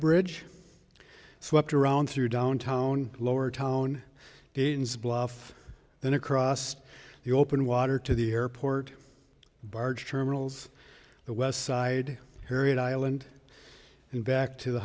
highbridge swept around through downtown lower town gaines bluff then across the open water to the airport barge terminals the west side harriet island and back to the